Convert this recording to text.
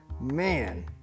Man